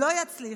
לא יצליחו.